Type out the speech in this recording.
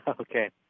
Okay